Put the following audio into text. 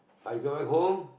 I get back home